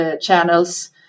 channels